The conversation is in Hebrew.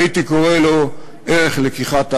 הייתי קורא לו ערך לקיחת האחריות.